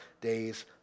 days